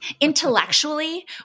Intellectually